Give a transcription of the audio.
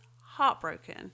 heartbroken